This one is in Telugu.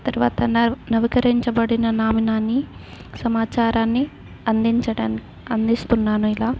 తర్వాత నవ నవీకరించబడిన నామినీని సమాచారాన్ని అందించడం అందిస్తున్నాను ఇలా